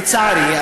לצערי,